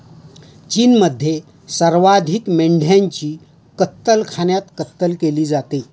चीनमध्ये सर्वाधिक मेंढ्यांची कत्तलखान्यात कत्तल केली जाते